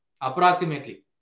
Approximately